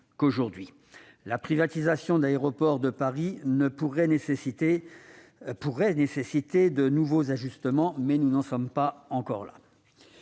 qu'aujourd'hui. La privatisation d'Aéroports de Paris pourrait nécessiter de nouveaux ajustements, mais nous n'en sommes pas encore là.